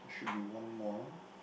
that should be one more